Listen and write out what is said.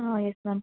ആ യെസ് മാം